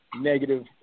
negative